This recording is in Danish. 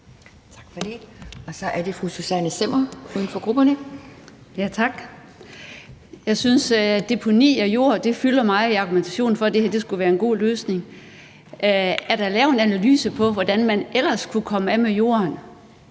Tak for det, og så er det fru Susanne Zimmer, uden for grupperne. Kl. 20:11 Susanne Zimmer (UFG): Tak. Jeg synes, at deponi af jord fylder meget i argumentationen for, at det her skulle være en god løsning. Er der lavet en analyse af, hvordan man ellers kunne komme af med jorden,